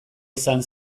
izan